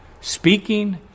Speaking